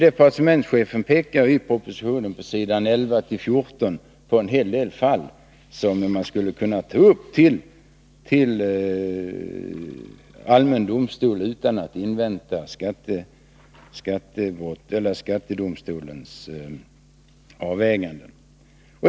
Departementschefen pekar på s. 11-14 i propositionen på en hel del fall som man skulle kunna ta upp i allmän domstol utan att invänta skattedomstolens avväganden.